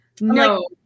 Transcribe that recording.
No